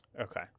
Okay